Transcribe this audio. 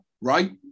right